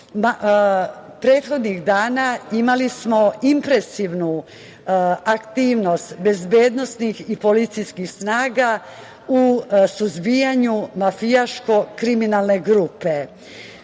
Prethodnih dana imali smo impresivnu aktivnost bezbednosnih i policijskih snaga u suzbijanju mafijaško-kriminalne grupe.